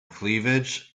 cleavage